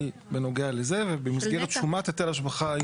בנוגע לזה ובמסגרת שומת היטל השבחה,